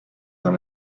dans